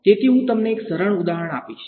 તો હું તમને એક સરળ ઉદાહરણ આપીશ